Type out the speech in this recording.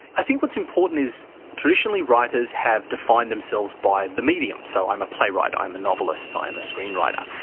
i think what's important is traditionally writers have defined themselves by the medium. so i'm a playwright, i'm a novelist, i'm a screenwriter.